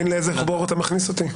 אתה מבין לאיזה בור אתה מכניס אותי?